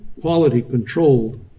quality-controlled